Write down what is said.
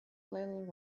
little